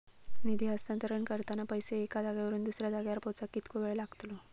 निधी हस्तांतरण करताना पैसे एक्या जाग्यावरून दुसऱ्या जाग्यार पोचाक कितको वेळ लागतलो?